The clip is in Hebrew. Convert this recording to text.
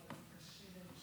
אבל הפוך: 61 מנדטים